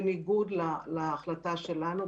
בניגוד להחלטה שלנו,